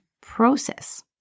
process